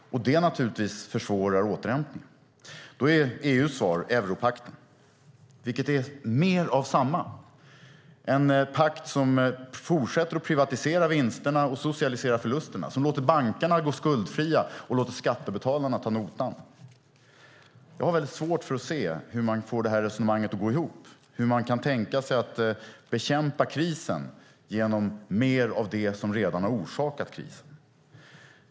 Det försvårar naturligtvis återhämtningen. Då är EU:s svar europakten, vilket är mer av samma. Det är en pakt som fortsätter att privatisera vinsterna och socialisera förlusterna, som låter bankerna gå skuldfria och låter skattebetalarna ta notan. Jag har väldigt svårt att se hur man kan få det här resonemanget att gå ihop, hur man kan tänka sig att bekämpa krisen genom mer av det som redan har orsakat krisen.